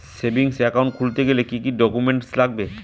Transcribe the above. Savings account খুলতে গেলে কি কি ডকুমেন্টস লাগবে?